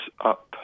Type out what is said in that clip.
up